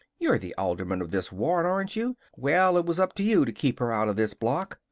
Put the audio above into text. you're the alderman of this ward, aren't you? well, it was up to you to keep her out of this block!